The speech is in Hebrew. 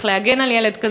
איך להגן על ילד כזה,